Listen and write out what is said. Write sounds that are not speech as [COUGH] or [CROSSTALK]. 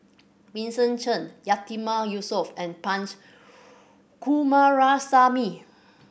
Vincent Cheng Yatiman Yusof and Punch [NOISE] Coomaraswamy